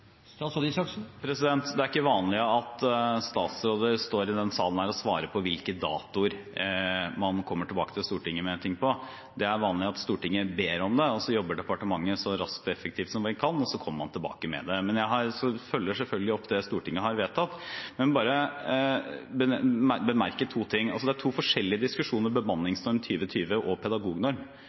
Det er ikke vanlig at statsråder står i denne salen og svarer på hvilke datoer man kommer tilbake til Stortinget med saker. Det er vanlig at Stortinget ber om det, så jobber departementet så raskt og effektivt som det kan, og så kommer man tilbake med det. Men jeg følger selvfølgelig opp det Stortinget har vedtatt. Jeg vil bare bemerke to ting. Bemanningsnorm 2020 og pedagognorm tilhører to forskjellige diskusjoner.